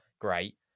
great